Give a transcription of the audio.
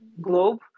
globe